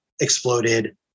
exploded